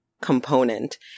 component